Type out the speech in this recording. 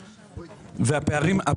צחי, אני מבקש מכאן ואילך לא לענות על שאלות.